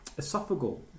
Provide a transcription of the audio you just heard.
esophageal